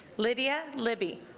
lydia libby